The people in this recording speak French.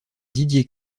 didier